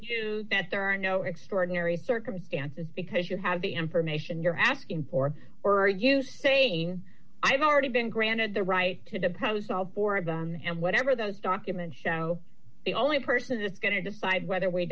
be that there are no extraordinary circumstances because you have the information you're asking for or are you saying i've already been granted the right to depose all four of them and whatever those documents show the only person that's going to decide whether w